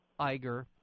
Iger